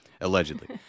allegedly